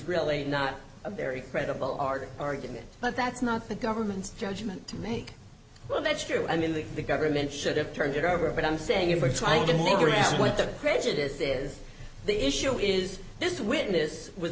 really not a very credible art argument but that's not the government's judgment to make well that's true i mean that the government should have turned it over but i'm saying you were trying to figure out what the prejudice is the issue is this witness w